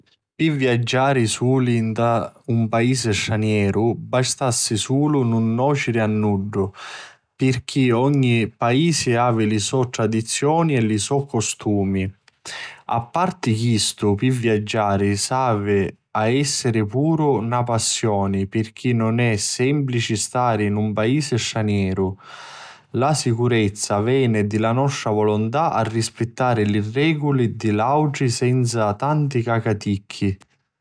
Pi Viaggiari suli nta un paisi stranieru bastassi sulu nun nociri a nuddu pirchì ogni paisi avi li so' tradizioni e li so' costumi. A parti chistu pi viaggiari suli avi a essiri puru na passioni pirchì nun è semplici stari nta un paisi stranieru. La sicurizza veni di la nostra volontà a rispittari li reguli di l'autri senza tanti cacaticchi.